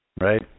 right